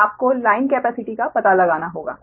तो आपको line capacity का पता लगाना होगा